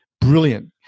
brilliant